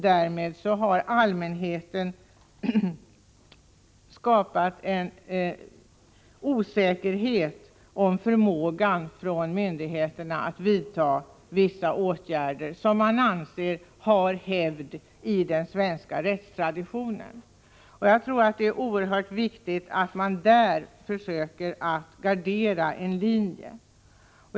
Därmed har hos allmänheten skapats en osäkerhet om förmågan från myndigheterna att vidta vissa åtgärder, som anses ha hävd i den svenska rättstraditionen. Jag tror det är oerhört viktigt att vi försöker att där gardera en linje.